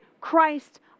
Christ